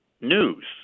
news